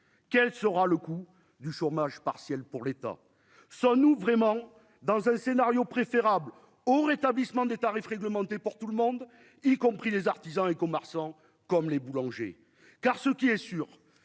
quel sera le coût du chômage partiel pour l'État : sommes-nous vraiment dans un scénario préférable au rétablissement des tarifs réglementés pour tout le monde, y compris les artisans et commerçants, comme les boulangers,